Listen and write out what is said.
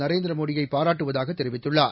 நரேந்திரமோடியை பாராட்டுவதாக தெரிவித்துள்ளார்